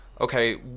Okay